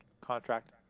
contract